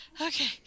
okay